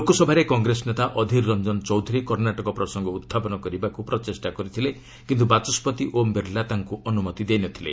ଲୋକସଭାରେ କଂଗ୍ରେସ ନେତା ଅଧୀର ରଞ୍ଜ ଚୌଧୁରୀ କର୍ଣ୍ଣାଟକ ପ୍ରସଙ୍ଗ ଉହ୍ରାପନ କରିବାକୁ ପ୍ରଚେଷ୍ଟା କରିଥିଲେ କିନ୍ତୁ ବାଚସ୍କତି ଓମ୍ ବିର୍ଲା ତାଙ୍କୁ ଅନୁମତି ଦେଇନଥିଲେ